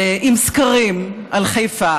שלפני כשנה וחצי באתם אליי עם סקרים על חיפה